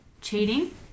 Cheating